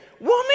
Woman